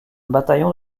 bataillon